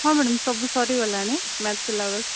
ହଁ ମ୍ୟାଡ଼ାମ୍ ସବୁ ସରିଗଲାଣି ମ୍ୟାଥ୍ ସିଲାବସ୍